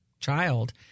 child